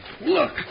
look